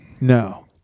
No